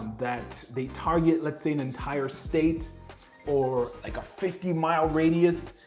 that they target, let's say an entire state or like a fifty mile radius.